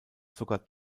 sogar